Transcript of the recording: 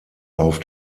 auf